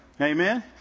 Amen